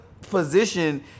position